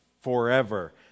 forever